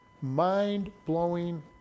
mind-blowing